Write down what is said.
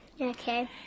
Okay